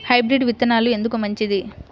Hybrid విత్తనాలు ఎందుకు మంచిది?